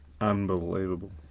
Unbelievable